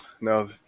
No